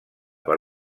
per